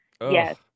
Yes